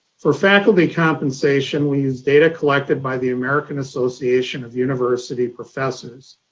for faculty compensation, we use data collected by the american association of university professors.